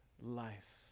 life